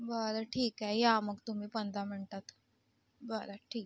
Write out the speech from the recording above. बरं ठीक आहे या मग तुम्ही पंधरा मिनटात बरं ठीक